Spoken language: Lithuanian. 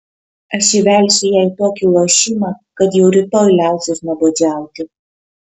aš įvelsiu ją į tokį lošimą kad jau rytoj liausis nuobodžiauti